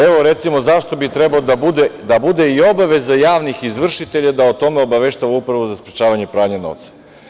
Evo, recimo zašto bi trebalo da bude i obaveza javnih izvršitelja da o tome obaveštavaju Upravu za sprečavanje pranje novca.